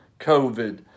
COVID